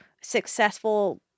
successful